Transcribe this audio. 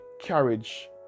carriage